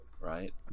right